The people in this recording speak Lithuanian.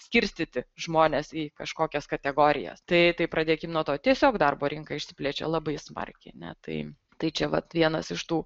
skirstyti žmones į kažkokias kategorijas tai tai pradėkim nuo to tiesiog darbo rinka išsiplečia labai smarkiai ne tai tai čia vat vienas iš tų